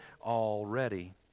already